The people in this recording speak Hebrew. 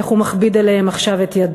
איך הוא מכביד עליהם עכשיו את ידו.